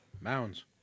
Mounds